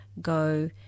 Go